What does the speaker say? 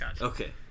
Okay